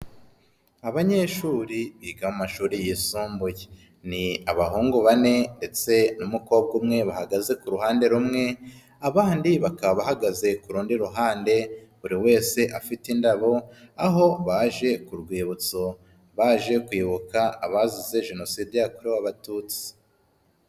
Abanyeshuri biga amashuri yisumbuye. Ni abahungu bane ndetse n'umukobwa umwe bahagaze ku ruhande rumwe, abandi bakaba bahagaze ku rundi ruhande, buri wese afite indabo, aho baje ku rwibutso baje kuyoboka abazize jenoside yakorewe abatutsi.